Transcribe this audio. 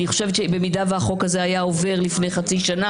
אם החוק הזה היה עובר לפני חצי שנה